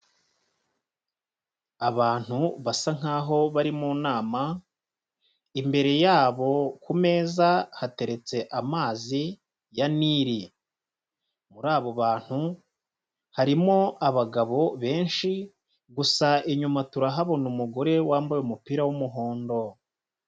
Abantu basa nkaho bari mu nama imbere yabo ku meza hateretse amazi ya Nili, muri abo bantu harimo abagabo benshi gusa inyuma turahabona umugore wambaye umupira w'umuhondo.